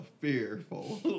fearful